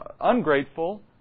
ungrateful